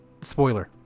spoiler